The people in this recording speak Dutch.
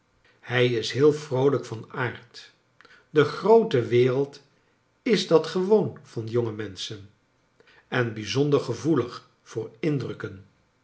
hij is heel vroolijk van aard de groote wereld is dat gewoon van jonge menschen en bijzonder gevoelig voor indrukken